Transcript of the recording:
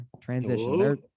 transition